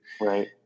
Right